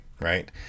right